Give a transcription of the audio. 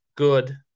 Good